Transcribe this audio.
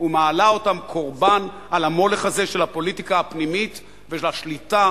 ומעלה אותם קורבן למולך הזה של הפוליטיקה הפנימית ושל השליטה